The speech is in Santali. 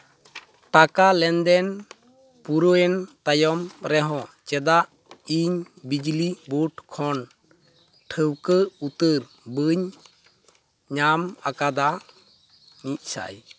ᱴᱟᱠᱟ ᱞᱮᱱᱫᱮᱱ ᱯᱩᱨᱟᱹᱣᱮᱱ ᱛᱟᱭᱚᱢ ᱨᱮᱦᱚᱸ ᱪᱮᱫᱟᱜ ᱤᱧ ᱵᱤᱡᱽᱞᱤ ᱵᱳᱨᱰ ᱠᱷᱚᱱ ᱴᱷᱟᱹᱶᱠᱟᱹ ᱩᱛᱟᱹᱨ ᱵᱟᱹᱧ ᱧᱟᱢ ᱟᱠᱟᱫᱟ ᱢᱤᱫ ᱥᱟᱭ